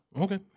Okay